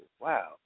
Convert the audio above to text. Wow